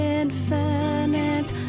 infinite